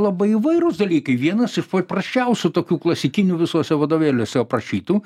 labai įvairūs dalykai vienas iš paprasčiausių tokių klasikinių visuose vadovėliuose aprašytų